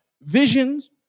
visions